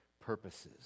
purposes